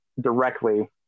directly